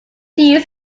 ten